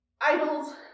idols